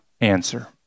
answer